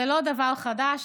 זה לא דבר חדש,